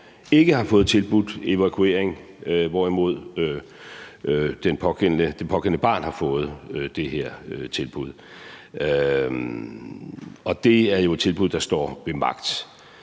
ikke har fået tilbudt evakuering, men hvor det pågældende barn derimod har fået det her tilbud. Det er jo et tilbud, der står ved magt.